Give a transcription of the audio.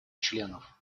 членов